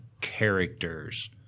characters